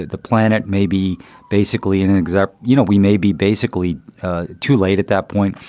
the planet may be basically in an exact you know, we may be basically too late at that point.